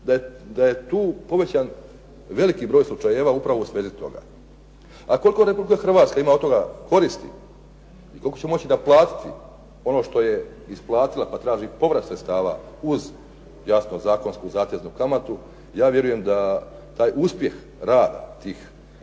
da je tu povećan broj slučajeva upravo u svezi toga. A koliko Republika Hrvatska ima od toga koristi i koliko će moći naplatiti ono što je isplatila pa traži povrat sredstava uz jasno zakonsku zateznu kamatu, ja vjerujem da taj uspjeh rada tih